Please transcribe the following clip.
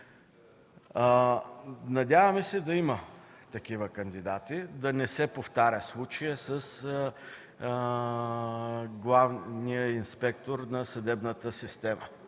Надяваме се да има такива кандидати и да не се повтаря случаят с главния инспектор на съдебната система.